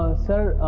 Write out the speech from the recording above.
sir,